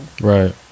Right